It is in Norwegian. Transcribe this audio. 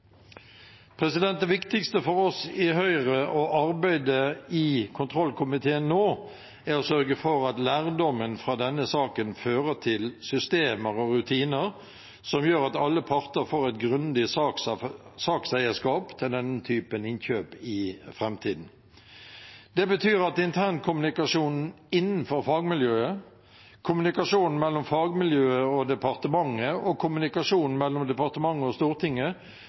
Det viktigste for oss i Høyre og arbeidet i kontrollkomiteen nå er å sørge for at lærdommen fra denne saken fører til systemer og rutiner som gjør at alle parter får et grundig sakseierskap til denne typen innkjøp i framtiden. Det betyr at internkommunikasjonen innenfor fagmiljøet, kommunikasjonen mellom fagmiljøet og departementet og kommunikasjonen mellom departementet og Stortinget